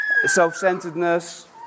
Self-centeredness